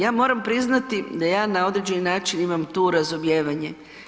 Ja moram priznati da ja na određeni način imam tu razumijevanje.